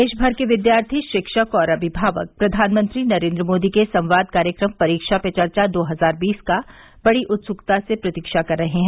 देशभर के विद्यार्थी शिक्षक और अभिभावक प्रधानमंत्री नरेंद्र मोदी के संवाद कार्यक्रम परीक्षा पे चर्चा दो हजार बीस का बड़ी उत्सुकता से प्रतीक्षा कर रहे हैं